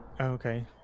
Okay